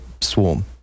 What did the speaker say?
swarm